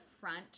front